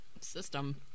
system